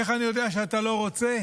איך אני יודע שאתה לא רוצה?